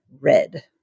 red